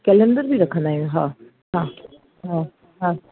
calendar बि रखंदा आयूं हा हा हा हा